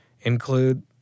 Include